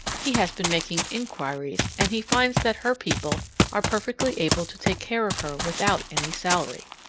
he has been making inquiries, and he finds that her people are perfectly able to take care of her without any salary.